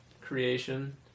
creation